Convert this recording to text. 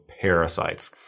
parasites